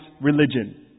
religion